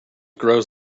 grows